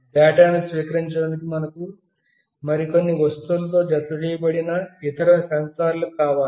డేటాను స్వీకరించడానికి మనకు మరికొన్ని వస్తువులతో జతచేయబడి న ఇతర సెన్సార్లు కావాలి